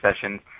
sessions